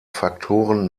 faktoren